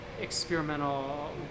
experimental